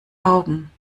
augen